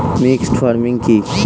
Mixed farming কি?